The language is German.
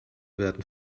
werden